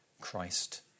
Christ